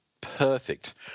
perfect